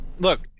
Look